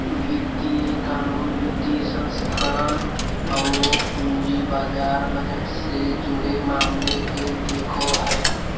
वित्तीय कानून, वित्तीय संस्थान औरो पूंजी बाजार बजट से जुड़े मामले के देखो हइ